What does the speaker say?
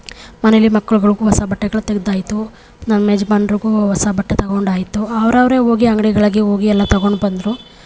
ಮನೆಯಲ್ಲಿ ಮಕ್ಳುಗಳಿಗೂ ಹೊಸ ಬಟ್ಟೆಗಳು ತೆಗ್ದು ಆಯಿತು ನಮ್ಮ ಯಜಮಾನ್ರಿಗೂ ಹೊಸ ಬಟ್ಟೆ ತಗೊಂಡು ಆಯಿತು ಅವರವ್ರೇ ಹೋಗಿ ಅಂಗಡಿಗಳಿಗೆ ಹೋಗಿ ಎಲ್ಲ ತಗೊಂಡು ಬಂದರು